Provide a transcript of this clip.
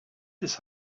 his